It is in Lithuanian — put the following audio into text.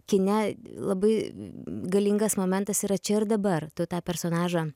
kine labai galingas momentas yra čia ir dabar tu tą personažą